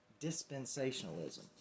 dispensationalism